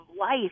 life